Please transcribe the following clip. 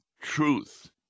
truth